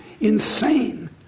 insane